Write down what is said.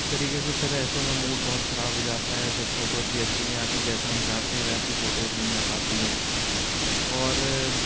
इस तरीक़े से फिर ऐसे में मूड बहुत ख़राब हो जाता है जब फ़ोटोस भी अच्छी नहीं आती जैसा हम चाहते हैं वैसी फ़ोटोस नहीं आ पाती हैं और